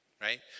right